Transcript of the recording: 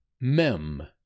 mem